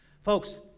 Folks